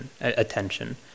attention